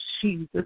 Jesus